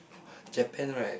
Japan right